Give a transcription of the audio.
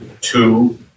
two